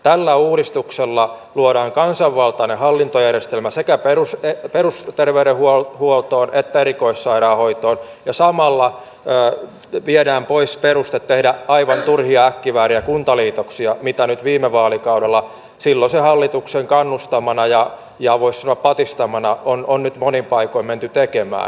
tällä uudistuksella luodaan kansanvaltainen hallintojärjestelmä sekä perusterveydenhuoltoon että erikoissairaanhoitoon ja samalla viedään pois peruste tehdä aivan turhia äkkivääriä kuntaliitoksia mitä viime vaalikaudella silloisen hallituksen kannustamana ja voisi sanoa patistamana on nyt monin paikoin menty tekemään